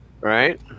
Right